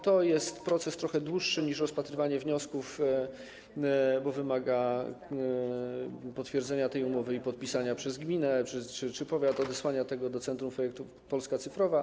To jest proces trochę dłuższy niż rozpatrywanie wniosków, bo wymaga potwierdzenia tej umowy i podpisania przez gminę czy powiat, odesłania tego do Centrum Projektów Polska Cyfrowa.